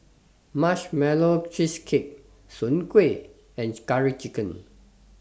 Marshmallow Cheesecake Soon Kueh and Curry Chicken